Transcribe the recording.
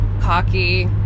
cocky